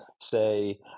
say